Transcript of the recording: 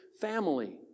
family